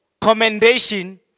commendation